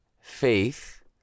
faith